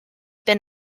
been